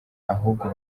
ahubwo